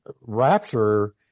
rapture